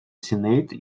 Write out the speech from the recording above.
senate